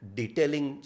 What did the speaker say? detailing